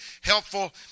helpful